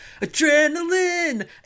Adrenaline